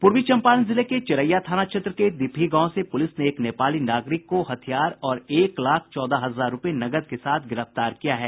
पूर्वी चम्पारण जिले के चिरैया थाना क्षेत्र के दिपही गांव से पुलिस नेएक नेपाली नागरिक को हथियार और एक लाख चौदह हजार रुपये नकद के साथ गिरफ्तार किया है